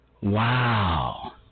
Wow